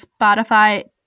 Spotify